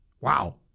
Wow